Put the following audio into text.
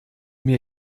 mir